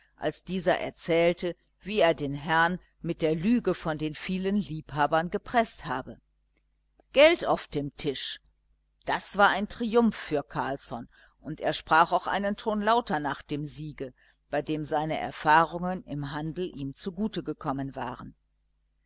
als dieser erzählte wie er den herrn mit der lüge von den vielen liebhabern gepreßt habe geld auf dem tisch das war ein triumph für carlsson und er sprach auch einen ton lauter nach dem siege bei dem seine erfahrungen im handel ihm zugute gekommen waren